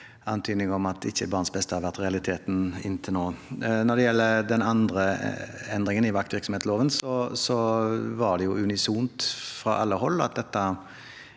antydninger om at barns beste ikke har vært realiteten inntil nå. Når det gjelder den andre endringen i vaktvirksomhetsloven, var det unisont fra alle hold